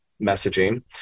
messaging